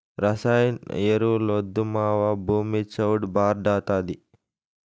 రసాయన ఎరువులొద్దు మావా, భూమి చౌడు భార్డాతాది